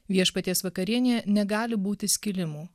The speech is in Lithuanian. viešpaties vakarienėje negali būti skilimų